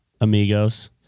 amigos